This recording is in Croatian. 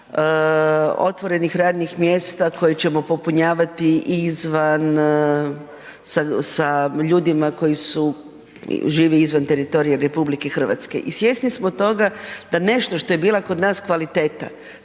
otvorenih radnih mjesta koje ćemo popunjavati izvan sa ljudima koji su, žive izvan teritorija RH i svjesni smo toga da nešto što je bila kod nas kvaliteta,